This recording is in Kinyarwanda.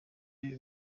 iyo